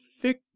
thick